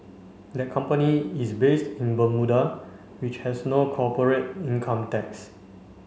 that company is based in Bermuda which has no corporate income tax